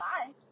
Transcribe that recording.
Bye